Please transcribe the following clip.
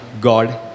God